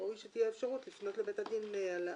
ראוי שתהיה אפשרות לפנות לבית הדין על ההחלטה.